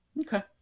Okay